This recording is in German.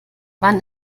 wann